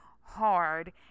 hard